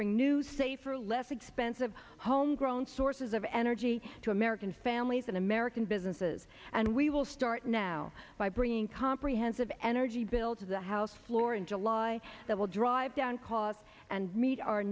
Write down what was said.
bring new safer less expensive home grown sources of energy to american families and american businesses and we will start now by bringing comprehensive energy bill to the house floor in july that will drive down costs and meet our